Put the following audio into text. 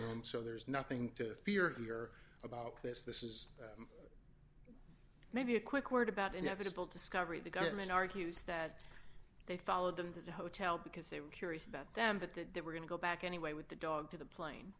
room so there's nothing to fear here about this this is maybe a quick word about inevitable discovery the gunman argues that they followed them to the hotel because they were curious about them but that they were going to go back anyway with the dog to the plane